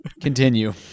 Continue